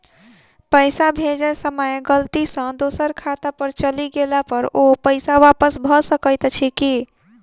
पैसा भेजय समय गलती सँ दोसर खाता पर चलि गेला पर ओ पैसा वापस भऽ सकैत अछि की?